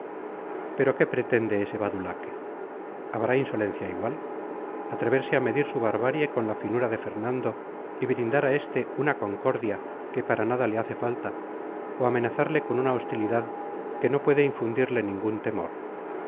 pero qué pretende ese badulaque habrá insolencia igual atreverse a medir su barbarie con la finura de fernando y brindar a este una concordia que para nada le hace falta o amenazarle con una hostilidad que no puede infundirle ningún temor